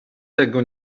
tego